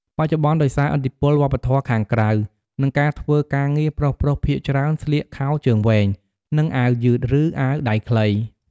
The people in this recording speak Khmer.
បច្ចុប្បន្ន ដោយសារឥទ្ធិពលវប្បធម៌ខាងក្រៅ និងការធ្វើការងារ ប្រុសៗភាគច្រើនស្លៀក ខោជើងវែង និង អាវយឺត ឬ អាវដៃខ្លី។